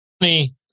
money